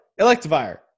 Electivire